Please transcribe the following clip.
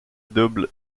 double